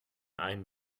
ein